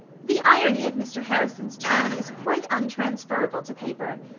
the irony of mr. harrison's tone is quite untransferable to paper.